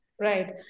Right